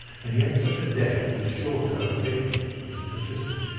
and yet such a death was sure to overtake him if he persisted.